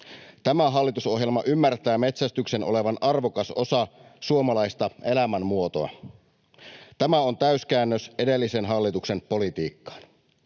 Tämä hallitusohjelma ymmärtää metsästyksen olevan arvokas osa suomalaista elämänmuotoa. Tämä on täyskäännös edellisen hallituksen politiikkaan.